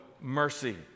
mercy